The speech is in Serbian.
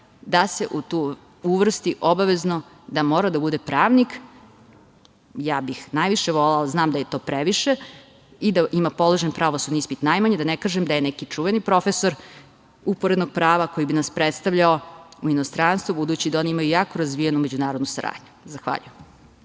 da se u tu uvrsti obavezno da mora da bude pravnik. Ja bih najviše volela, znam da je to previše, i da ima položen pravosudni ispit, najmanje, da ne kažem da je neki čuveni profesor uporednog prava koji bi nas predstavljao u inostranstvu, budući da oni imaju jako razvijenu međunarodnu saradnju. Zahvaljujem.